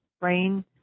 brain